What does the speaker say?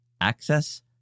access